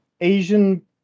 Asian